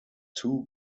too